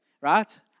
right